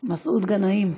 מסעוד גנאים,